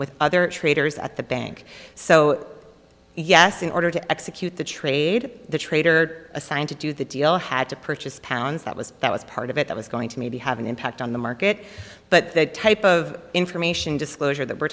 with other traders at the bank so yes in order to execute the trade the trader assigned to do the deal had to purchase pounds that was that was part of it that was going to maybe have an impact on the market but the type of information disclosure that we're